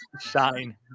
shine